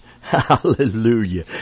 Hallelujah